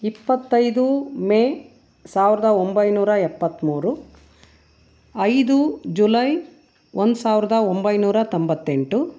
ಇಪ್ಪತ್ತೈದು ಮೇ ಸಾವಿರದ ಒಂಬೈನೂರ ಎಪ್ಪತ್ತ್ಮೂರು ಐದು ಜುಲೈ ಒಂದು ಸಾವಿರದ ಒಂಬೈನೂರ ತೊಂಬತ್ತೆಂಟು